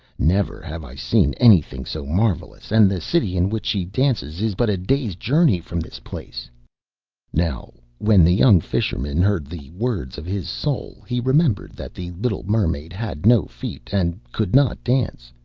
never have i seen anything so marvellous and the city in which she dances is but a day's journey from this place now when the young fisherman heard the words of his soul, he remembered that the little mermaid had no feet and could not dance.